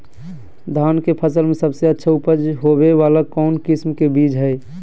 धान के फसल में सबसे अच्छा उपज होबे वाला कौन किस्म के बीज हय?